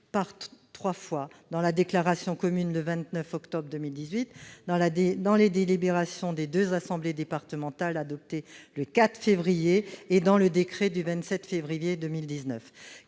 par trois fois : dans la déclaration commune du 29 octobre 2018, dans les délibérations des deux assemblées départementales adoptées le 4 février 2019 et dans le décret du 27 février 2019